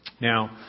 Now